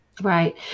Right